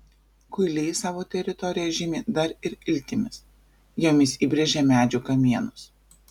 kuiliai savo teritoriją žymi dar ir iltimis jomis įbrėžia medžių kamienus